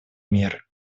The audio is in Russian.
меры